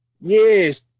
yes